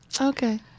Okay